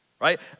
right